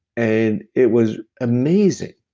and it was amazing.